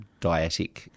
dietic